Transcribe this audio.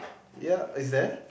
ya is there